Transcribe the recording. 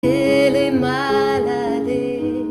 עלה למעלה עלה